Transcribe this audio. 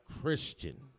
Christian